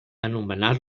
anomenar